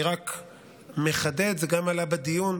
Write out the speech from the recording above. אני רק מחדד, וזה גם עלה בדיון,